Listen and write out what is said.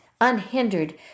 unhindered